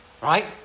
Right